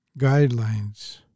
guidelines